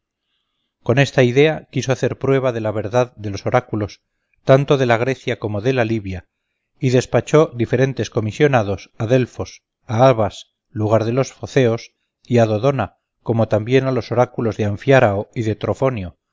con esta idea queriendo comprobar la veracidadad de los oráculos tanto de grecia como de libia envió varios comisionados a delfos y abas en focia a dodona y también a los oráculos de anfiarao y de trofonio